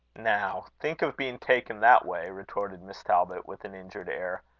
now, think of being taken that way! retorted miss talbot, with an injured air.